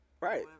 right